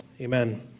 Amen